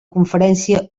conferència